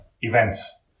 events